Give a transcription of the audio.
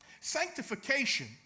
Sanctification